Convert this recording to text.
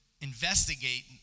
investigate